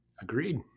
Agreed